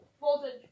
Voltage